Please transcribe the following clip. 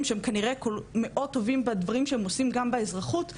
שהם כנראה מאוד טובים בדברים שהם עושים גם באזרחות,